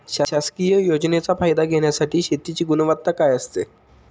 शासकीय योजनेचा फायदा घेण्यासाठी शेतीची गुणवत्ता काय असते?